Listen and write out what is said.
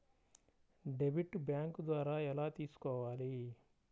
Debit bank ద్వారా ఎలా తీసుకోవాలి?